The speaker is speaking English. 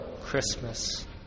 Christmas